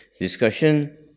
discussion